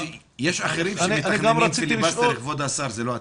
יש אחרים שמתכננים פיליבסטר, כבוד השר, זה לא אתה.